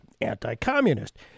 anti-communist